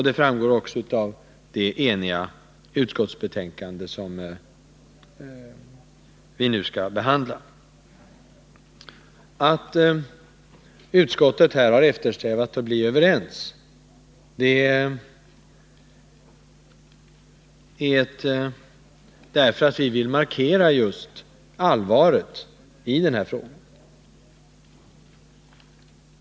Det framgår också av det enhälliga utskottsbetänkande som vi nu skall behandla. Inom utskottet har vi eftersträvat att bli överens för att just markera allvaret i denna fråga.